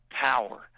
power